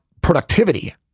productivity